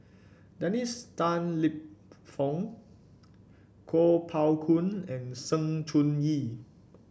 Dennis Tan Lip Fong Kuo Pao Kun and Sng Choon Yee